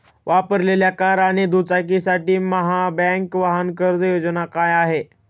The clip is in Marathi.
वापरलेल्या कार आणि दुचाकीसाठी महाबँक वाहन कर्ज योजना काय आहे?